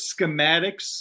schematics